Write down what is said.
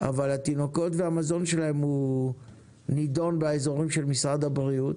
אבל התינוקות והמזון שלהם הוא נידון באזורים של משרד הבריאות,